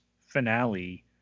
finale